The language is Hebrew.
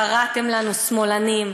קראתם לנו שמאלנים,